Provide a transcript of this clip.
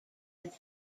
its